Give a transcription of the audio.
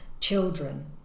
children